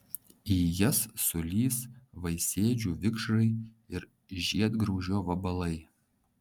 į jas sulįs vaisėdžių vikšrai ir žiedgraužio vabalai